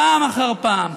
פעם אחר פעם,